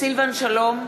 סילבן שלום,